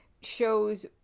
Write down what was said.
shows